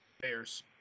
Bears